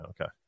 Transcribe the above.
Okay